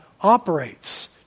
operates